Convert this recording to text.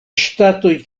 ŝtatoj